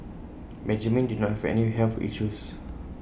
Benjamin did not have any health issues